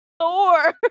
thor